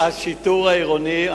השיטור העירוני,